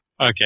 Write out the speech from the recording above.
Okay